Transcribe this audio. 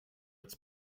its